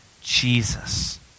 Jesus